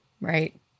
Right